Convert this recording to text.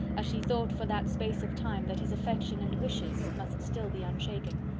as she thought for that space of time that his affection and wishes must still be unshaken.